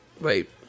Wait